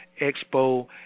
Expo